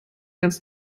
ganz